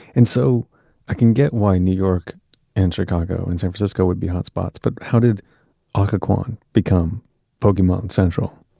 and so i can get why new york and chicago and san francisco would be hot spots. but how did occoquan become pokemon central?